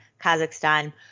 Kazakhstan